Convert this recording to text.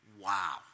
Wow